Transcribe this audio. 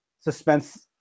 suspense-